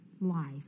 life